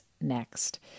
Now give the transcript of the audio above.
next